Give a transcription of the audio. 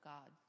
God